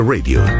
Radio